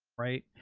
right.